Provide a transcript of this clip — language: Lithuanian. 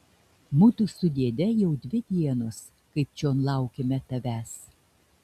mudu su dėde jau dvi dienos kaip čion laukiame tavęs